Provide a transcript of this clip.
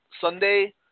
Sunday